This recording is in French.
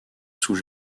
sous